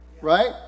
Right